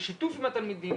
בשיתוף עם התלמידים,